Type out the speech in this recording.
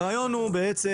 כלומר,